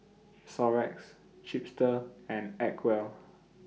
Xorex Chipster and Acwell